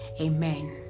Amen